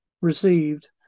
received